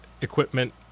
Equipment